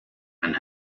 and